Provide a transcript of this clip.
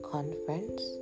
Conference